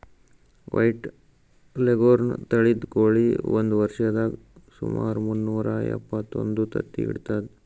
white leghorn ತಳಿದ್ ಕೋಳಿ ಒಂದ್ ವರ್ಷದಾಗ್ ಸುಮಾರ್ ಮುನ್ನೂರಾ ಎಪ್ಪತ್ತೊಂದು ತತ್ತಿ ಇಡ್ತದ್